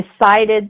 decided